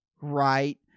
Right